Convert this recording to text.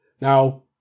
Now